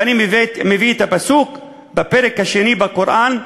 ואני מביא את הפסוק בפרק השני בקוראן,